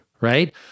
right